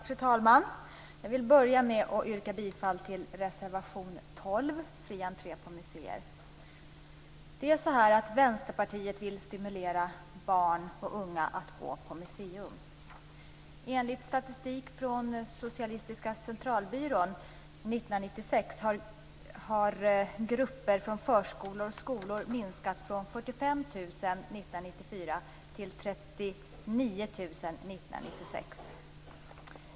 Fru talman! Jag vill börja med att yrka bifall till reservation 12 om fri entré på museer. Vänsterpartiet vill stimulera barn och unga att gå på museum. Enligt statistik från Statistiska centralbyrån har grupper från förskolor och skolor minskat från 45 000 år 1994 till 39 000 år 1996.